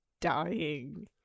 dying